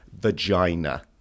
vagina